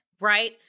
right